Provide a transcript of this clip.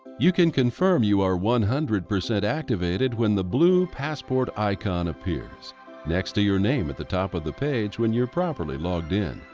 you can confirm you are one-hundred percent activated when the blue passport icon appears next to your name at the top of the page when you're properly logged in